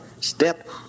step